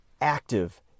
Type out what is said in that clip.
active